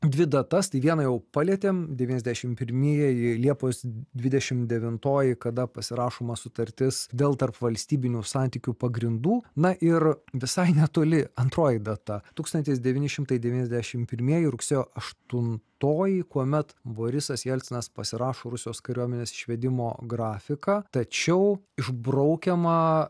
dvi datas tai vieną jau palietėm devyniasdešim pirmieji liepos dvidešim devintoji kada pasirašoma sutartis dėl tarpvalstybinių santykių pagrindų na ir visai netoli antroji data tūkstantis devyni šimtai devyniasdešim pirmieji rugsėjo aštuntoji kuomet borisas jelcinas pasirašo rusijos kariuomenės išvedimo grafiką tačiau išbraukiama